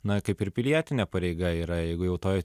na kaip ir pilietinė pareiga yra jeigu jau toj